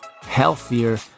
healthier